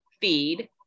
feed